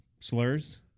slurs